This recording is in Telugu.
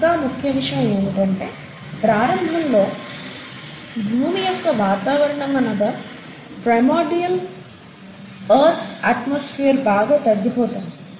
ఇంకా ముఖ్య విషయం ఏంటి అంటే ప్రారంభంలో భూమి యొక్క వాతావరణం అనగా primordial earth's atmosphere primordial earth's atmosphere బాగా తగ్గిపోతోంది